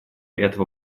этого